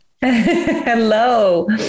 Hello